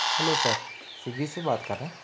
hello sir سیگی سے بات کر رہیں